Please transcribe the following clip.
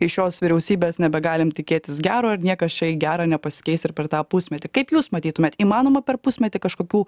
ir šios vyriausybės nebegalim tikėtis gero ir niekas čia į gera nepasikeis ir per tą pusmetį kaip jūs matytumėt įmanoma per pusmetį kažkokių